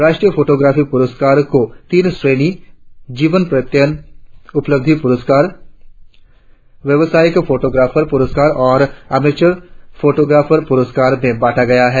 राष्ट्रीय फोटोग्राफी पुरस्कार को तीन श्रेणियों जीवन पर्यन्त उपलब्धि पुरस्कार व्यावसायिक फोटोग्राफर पुरस्कार और अमेचर फोटोग्राफर पुरस्कार में बांटा गया है